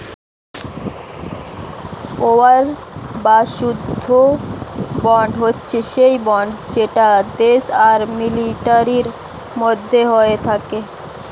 war বা যুদ্ধ bond হচ্ছে সেই বন্ড যেটা দেশ আর মিলিটারির মধ্যে হয়ে থাকে